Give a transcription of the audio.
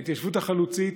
ההתיישבות החלוצית,